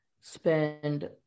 spend